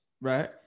right